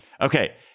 Okay